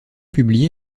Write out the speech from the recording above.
publié